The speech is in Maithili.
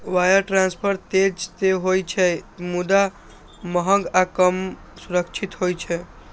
वायर ट्रांसफर तेज तं होइ छै, मुदा महग आ कम सुरक्षित होइ छै